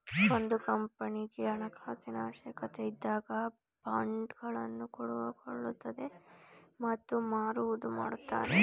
ಒಂದು ಕಂಪನಿಗೆ ಹಣಕಾಸಿನ ಅವಶ್ಯಕತೆ ಇದ್ದಾಗ ಬಾಂಡ್ ಗಳನ್ನು ಕೊಂಡುಕೊಳ್ಳುವುದು ಮತ್ತು ಮಾರುವುದು ಮಾಡುತ್ತಾರೆ